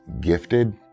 gifted